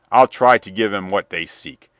i'll try to give em what they seek,